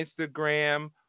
Instagram